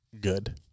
Good